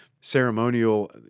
ceremonial